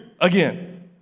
again